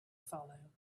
follow